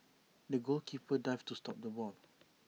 the goalkeeper dived to stop the ball